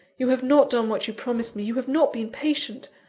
you have not done what you promised me you have not been patient.